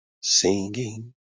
singing